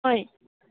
ꯍꯣꯏ